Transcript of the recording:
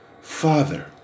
father